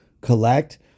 collect